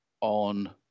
on